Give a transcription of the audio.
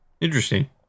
interesting